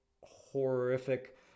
horrific